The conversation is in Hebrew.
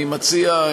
אני מציע,